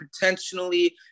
potentially